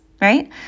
right